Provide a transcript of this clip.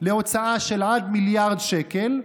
להוצאה של עד מיליארד שקל,